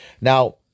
now